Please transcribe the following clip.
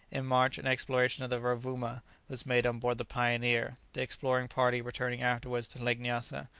in march an exploration of the rovouma was made on board the pioneer, the exploring party returning afterwards to lake nyassa,